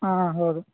ಹಾಂ ಹಾಂ ಹೌದು